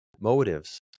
motives